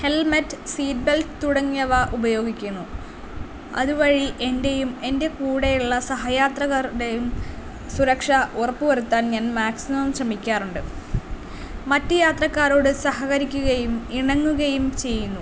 helmet seat belt തുടങ്ങിയവ ഉപയോഗിക്കുന്നു അതുവഴി എൻ്റെയും എൻ്റെ കൂടെയുള്ള സഹയാത്രക്കാരുടെയും സുരക്ഷ ഉറപ്പ് വരുത്താൻ ഞാൻ മാക്സിമം ശ്രമിക്കാറുണ്ട് മറ്റ് യാത്രക്കാരോട് സഹകരിക്കുകയും ഇണങ്ങുകയും ചെയ്യുന്നു